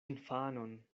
infanon